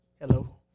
Hello